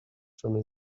from